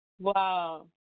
Wow